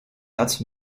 hat